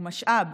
הוא משאב,